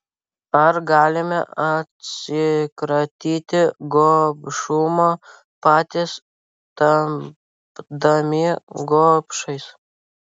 ar galime atsikratyti gobšumo patys tapdami gobšais